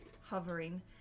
hovering